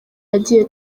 yagiye